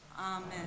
Amen